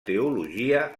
teologia